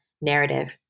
narrative